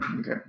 Okay